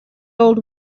old